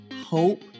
hope